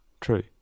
true